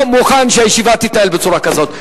אני לא מוכן שהישיבה תתנהל בצורה כזאת,